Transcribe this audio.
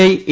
I A